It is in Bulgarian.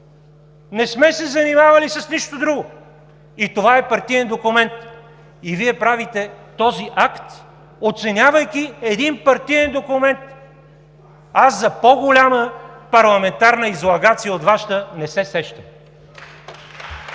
Не сме се занимавали с нищо друго. И това е партиен документ, и Вие правихте този акт, оценявайки един партиен документ. За по-голяма парламентарна излагация от Вашата не се сещам.